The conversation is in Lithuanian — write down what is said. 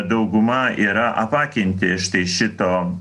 dauguma yra apakinti štai šito